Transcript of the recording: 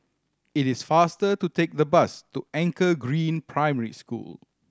it is faster to take the bus to Anchor Green Primary School